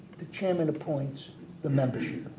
the chairman appoints the membership,